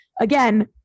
Again